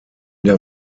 der